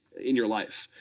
in your life,